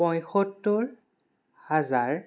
পঁয়সত্তৰ হাজাৰ